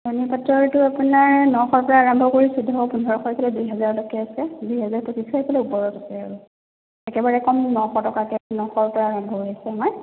নুনী পাটৰটো আপোনাৰ নশৰ পৰা আৰম্ভ কৰি চৈধ্যশ পোন্ধৰশ ইফালে দুই হাজাৰলৈকে আছে দুই হাজাৰ পঁচিছশ এইফালে ওপৰত আছে আৰু একেবাৰে কম নশ টকাকে নশৰ পৰা আৰম্ভ হৈছে আমাৰ